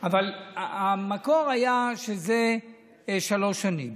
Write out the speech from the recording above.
אבל במקור זה היה שלוש שנים.